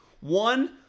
One